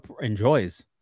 enjoys